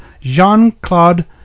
Jean-Claude